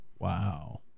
Wow